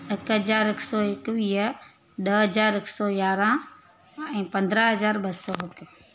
हिकु हज़ार हिकु सौ एकवीह ॾह हज़ार हिकु सौ यारहं ऐं पंद्रहं हज़ार ॿ सौ हिकु